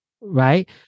right